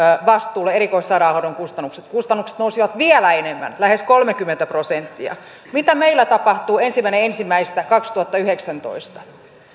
vastuulle erikoissairaanhoidon kustannukset kustannukset nousivat vielä enemmän lähes kolmekymmentä prosenttia mitä meillä tapahtuu ensimmäinen ensimmäistä kaksituhattayhdeksäntoista